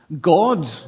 God